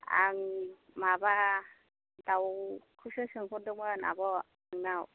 आं माबा दाउखौसो सोंहरदोंमोन आब' नोंनाव